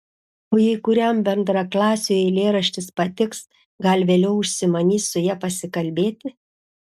o jei kuriam bendraklasiui eilėraštis patiks gal vėliau užsimanys su ja pasikalbėti